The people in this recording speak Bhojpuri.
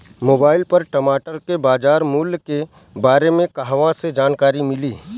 मोबाइल पर टमाटर के बजार मूल्य के बारे मे कहवा से जानकारी मिली?